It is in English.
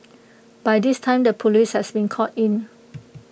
by this time the Police has been called in